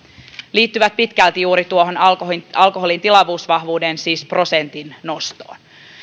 liittyvät pitkälti juuri tuohon alkoholin alkoholin tilavuusvahvuuden siis prosentin nostoon